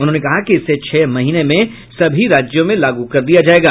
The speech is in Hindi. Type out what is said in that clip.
उन्होंने कहा कि इसे छह महीने में सभी राज्यों में लागू कर दिया जायेगा